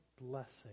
blessing